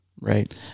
Right